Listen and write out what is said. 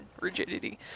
rigidity